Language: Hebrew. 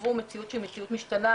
חוו מציאות משתנה,